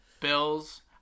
Bills